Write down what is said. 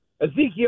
Ezekiel